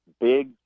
big